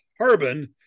carbon